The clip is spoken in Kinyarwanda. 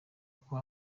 uko